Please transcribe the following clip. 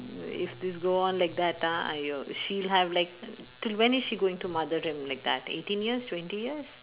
if this go on like that ah !aiyo! if she'll have like till when is she going to mother them like that eighteen years twenty years